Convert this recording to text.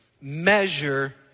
measure